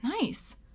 Nice